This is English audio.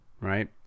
right